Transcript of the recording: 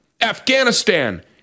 Afghanistan